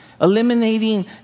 eliminating